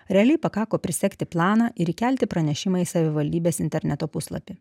realiai pakako prisegti planą ir įkelti pranešimai savivaldybės interneto puslapyje